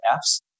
Fs